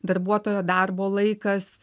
darbuotojo darbo laikas